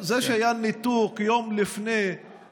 זה שהיה ניתוק יום לפני,